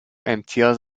امتیاز